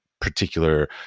particular